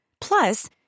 Plus